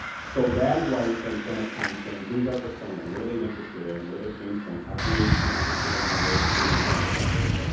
so, that is why we spend so much time saying who's our persona? what are they interested in? what are their pain points? how can we present this to them in a way that's gonna make them take action?